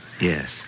Yes